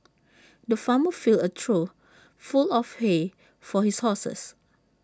the farmer filled A trough full of hay for his horses